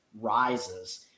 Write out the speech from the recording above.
rises